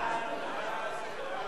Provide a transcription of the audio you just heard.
מוקדם בוועדת החינוך,